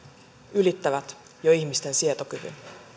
ylittävät jo ihmisten sietokyvyn